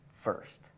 first